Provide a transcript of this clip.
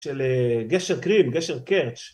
‫של גשר קרין, גשר קרץ.